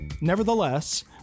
Nevertheless